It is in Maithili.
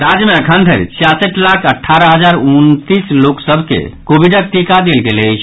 राज्य मे एखन धरि छियासठि लाख अठारह हजार उनतीस लोक सभ के कोविडक टीका देल गेल अछि